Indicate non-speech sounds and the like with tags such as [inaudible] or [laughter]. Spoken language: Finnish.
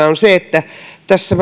[unintelligible] on se että tässä [unintelligible]